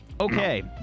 Okay